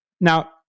Now